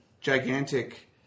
gigantic